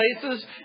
places